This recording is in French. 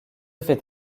fait